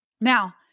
Now